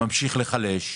ממשיך להיחלש.